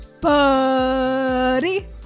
buddy